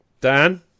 Dan